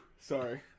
Sorry